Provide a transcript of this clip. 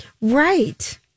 Right